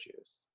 juice